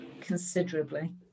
considerably